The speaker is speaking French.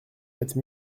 quatre